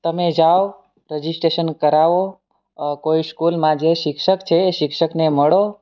તમે જાવ રજીસ્ટ્રેશન કરાવો કોઈ સ્કૂલમાં જે શિક્ષક છે એ શિક્ષકને મળો